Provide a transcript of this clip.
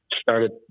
started